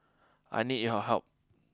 I need your help